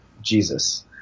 Jesus